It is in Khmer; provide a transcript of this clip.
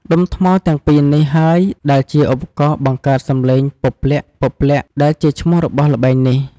ដុំថ្មទាំងពីរនេះហើយដែលជាឧបករណ៍បង្កើតសំឡេង "ពព្លាក់ៗ" ដែលជាឈ្មោះរបស់ល្បែងនេះ។